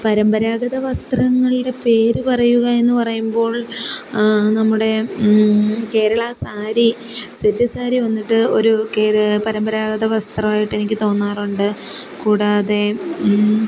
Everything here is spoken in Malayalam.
പരമ്പരാഗത വസ്ത്രങ്ങളുടെ പേര് പറയുക എന്ന് പറയുമ്പോൾ നമ്മുടെ കേരളാ സാരി സെറ്റ് സാരീ വന്നിട്ട് ഒരു കേ പരമ്പരാഗത വസ്ത്രം ആയിട്ട് എനിക്ക് തോന്നാറുണ്ട് കൂടാതെ